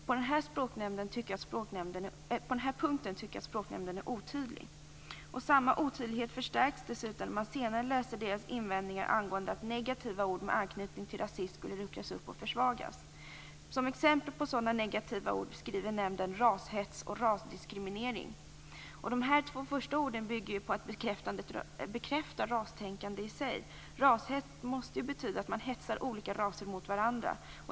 På den här punkten tycker jag att Språknämnden är otydlig. Samma otydlighet förstärks när man sedan läser Språknämndens invändningar angående att negativa ord med anknytning till rasism skulle luckras upp och försvagas. Som exempel på sådana negativ ord nämner Språknämnden rashets och rasdiskriminering. De två orden bekräftar rastänkande i sig. Rashets måste betyda att hetsa olika raser mot varandra.